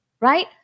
right